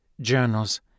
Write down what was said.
journals